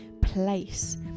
place